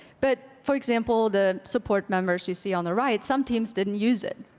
but for example, the support members you see on the right, some teams didn't use it.